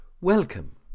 welcome